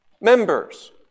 Members